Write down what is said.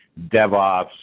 DevOps